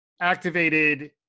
activated